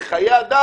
זה חיי אדם,